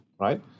right